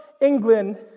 England